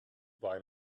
buy